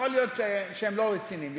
יכול להיות שהם לא רציניים,